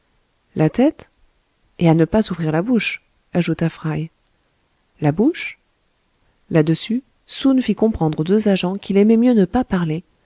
la tête et à ne pas ouvrir la bouche ajouta fry la bouche là-dessus soun fit comprendre aux deux agents qu'il aimait mieux ne pas parler